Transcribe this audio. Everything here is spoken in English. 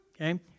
Okay